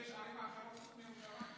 ידעת שיש ערים אחרות חוץ מירושלים?